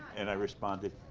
and i responded,